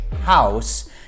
house